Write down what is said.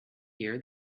year